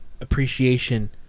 appreciation